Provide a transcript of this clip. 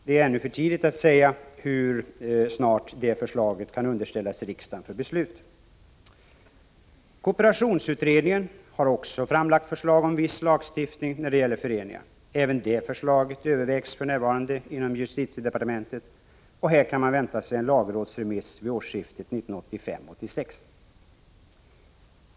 Det är ännu för tidigt att säga hur snart detta förslag kan underställas riksdagen för beslut. Kooperationsutredningen har också framlagt förslag om viss lagstiftning när det gäller föreningar. Även detta förslag övervägs för närvarande inom justitiedepartementet, och här kan man vänta sig en lagrådsremiss vid årsskiftet 1985/86.